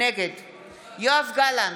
נגד יואב גלנט,